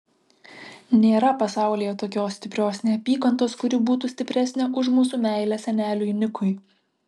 nėra pasaulyje tokios stiprios neapykantos kuri būtų stipresnė už mūsų meilę seneliui nikui